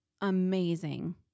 amazing